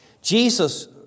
Jesus